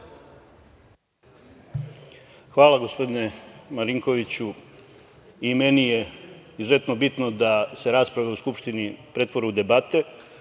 Hvala. Gospodine Marinkoviću, i meni je izuzetno bitno da se rasprava u Skupštini pretvori u debate.